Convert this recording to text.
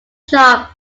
shop